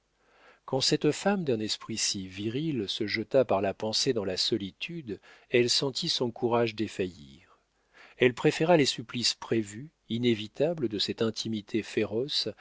quand cette femme d'un esprit si viril se jeta par la pensée dans la solitude elle sentit son courage défaillir elle préféra les supplices prévus inévitables de cette intimité féroce